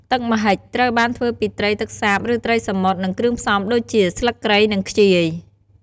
ទឹកម្ហិចត្រូវបានធ្វើពីត្រីទឹកសាប ឬត្រីសមុទ្រ និងគ្រឿងផ្សំដូចជា ស្លឹកគ្រៃ និងខ្ជាយ។